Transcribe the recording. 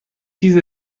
چیز